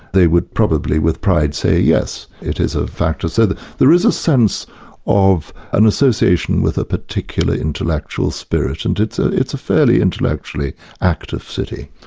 they would probably with pride say yes, it is a factor. so there is a sense of an association with a particular intellectual spirit, and it's a it's a fairly intellectually active city.